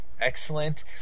excellent